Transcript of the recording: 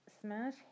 Smash